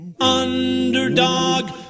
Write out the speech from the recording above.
Underdog